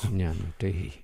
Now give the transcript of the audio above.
ne nu tai